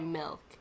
milk